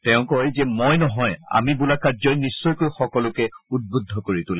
তেওঁ কয় যে মই নহয় আমি বোলা কাৰ্যই নিশ্চয়কৈ সকলোকে উদ্বুদ্ধ কৰি তোলে